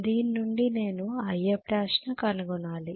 దీని నుండి నేను Ifl ను కనుగొనాలి